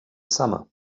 summer